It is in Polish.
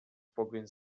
pogoń